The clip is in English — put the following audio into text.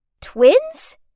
twins